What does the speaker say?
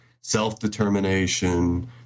self-determination